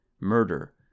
murder